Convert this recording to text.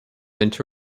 into